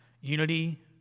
Unity